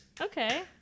Okay